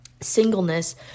singleness